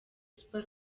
super